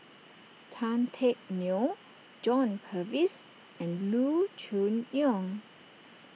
Tan Teck Neo John Purvis and Loo Choon Yong